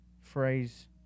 phrase